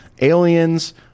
Aliens